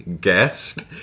guest